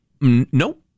nope